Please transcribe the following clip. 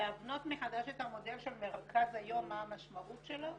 להבנות מחדש את המודל של מרכז היום מה המשמעות שלו.